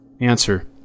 Answer